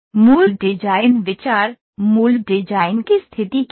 मूल डिजाइन विचार मूल डिजाइन की स्थिति क्या है